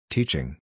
Teaching